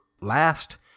last